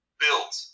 built